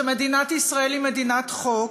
שמדינת ישראל היא מדינת חוק,